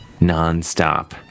Nonstop